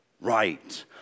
right